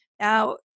Now